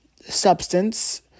substance